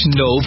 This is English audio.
no